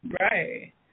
Right